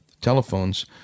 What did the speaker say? telephones